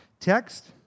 text